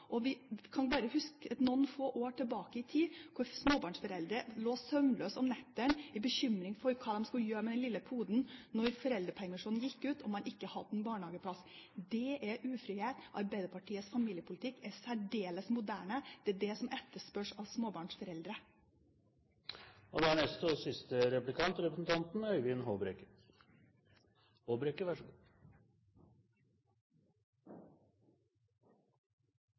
har hatt. Vi kan huske at for bare noen få år tilbake lå småbarnsforeldre søvnløse om natten og var bekymret for hva man skulle gjøre med den lille poden når foreldrepermisjonen gikk ut, og man ikke hadde en barnehageplass. Det er ufrihet. Arbeiderpartiets familiepolitikk er særdeles moderne. Det er det som etterspørres av småbarnsforeldre. Representanten Gjul snakker varmt om valgfrihet. Det er jo interessant. Vi ser fra siste